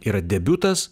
yra debiutas